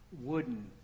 wooden